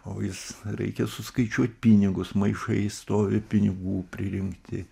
o jis reikia suskaičiuot pinigus maišai stovi pinigų pririnkti